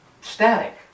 static